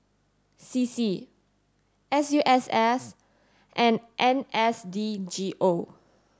C C S U S S and N S D G O